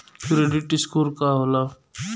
Credit score का होला?